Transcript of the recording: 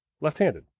Left-handed